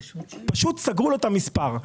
פשוט סגרו לו את המספר.